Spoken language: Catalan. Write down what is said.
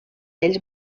ells